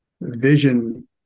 vision